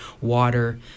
water